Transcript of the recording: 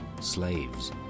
slaves